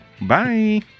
Bye